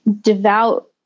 devout